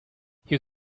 you